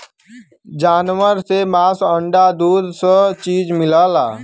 जानवर से मांस अंडा दूध स चीज मिलला